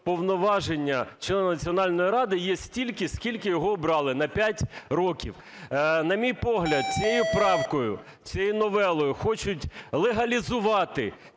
повноваження члена Національної ради є стільки, скільки його обрали: на 5 років. На мій погляд, цією правкою, цією новелою хочуть легалізувати